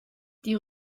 die